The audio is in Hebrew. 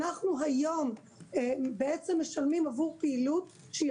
אנחנו היום בעצם משלמים עבור פעילות שהיא